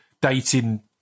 dating